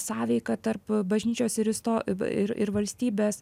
sąveika tarp bažnyčios ir isto ir ir valstybės